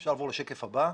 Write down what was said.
אפשר לעבור לשקף הבא.